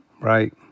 right